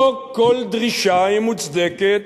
לא כל דרישה היא מוצדקת,